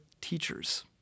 teachers